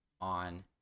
on